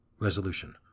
Resolution